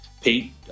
Pete